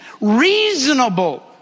reasonable